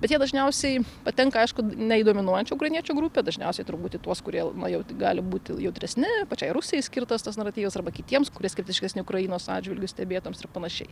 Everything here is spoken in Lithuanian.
bet jie dažniausiai patenka aišku ne į dominuojančių ukrainiečių grupę dažniausiai turbūt į tuos kurie jau gali būti jautresni pačiai rusijai skirtas tas naratyvas arba kitiems kurie skeptiškesni ukrainos atžvilgiu stebėtoms ir panašiai